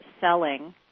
selling